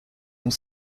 ont